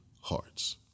hearts